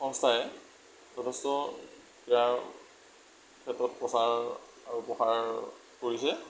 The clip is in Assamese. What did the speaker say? সংস্থাই যথেষ্ট ক্ৰীড়াৰ ক্ষেত্ৰত প্ৰচাৰ আৰু প্ৰসাৰ কৰিছে